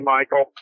Michael